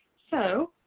so,